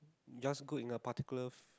just go in a particular